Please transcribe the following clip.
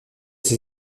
ses